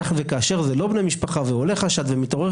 וכאשר אלה לא בני משפחה ומתעורר חשד,